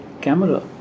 camera